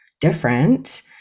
different